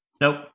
Nope